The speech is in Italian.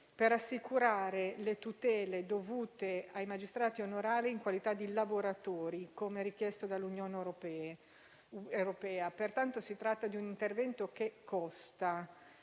per assicurare le tutele dovute ai magistrati onorari in qualità di lavoratori, come richiesto dall'Unione europea. Pertanto, si tratta di un intervento che costa.